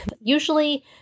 Usually